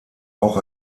auch